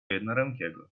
jednorękiego